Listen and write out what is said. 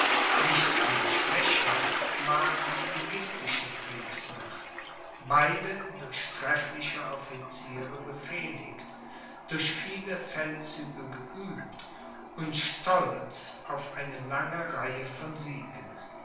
nicht viel schwächer war die liguistische kriegsmacht beide durch treffliche officiere befehligt durch viele feldzüge geübt und stolz auf eine lange reihe von siegen